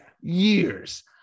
years